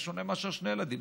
זה שונה משני ילדים.